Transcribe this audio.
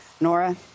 Nora